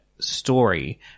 Story